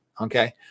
Okay